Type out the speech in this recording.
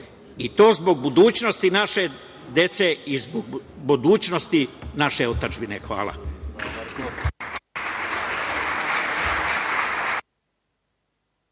i to zbog mogućnosti naše dece i zbog budućnosti naše otadžbine, hvala.